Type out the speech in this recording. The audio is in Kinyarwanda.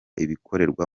ibikorerwa